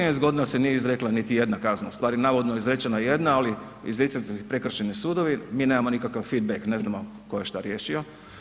13 godina se nije izrekla niti jedna kazna, u stvari navodno je izrečena jedna ali iz izricali su ih prekršajni sudovi, mi nemamo nikakav feedback, ne znamo tko je šta riješio.